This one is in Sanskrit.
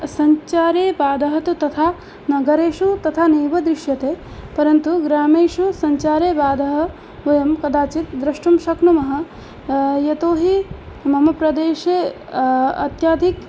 सञ्चारे बाधः तु तथा नगरेषु तथा नैव दृश्यते परन्तु ग्रामेषु सञ्चारे बाधः वयं कदाचित् द्रष्टुं शक्नुमः यतोहि मम प्रदेशे अत्यधिक